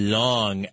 long